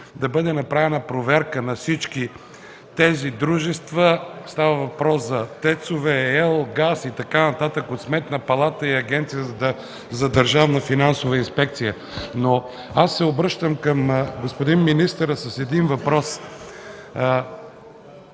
да бъде направена проверка на всички тези дружества – става въпрос за тецове, ел., газ и така нататък, от Сметната палата и от Агенцията за държавна финансова инспекция. Аз се обръщам към господин министъра с един въпрос.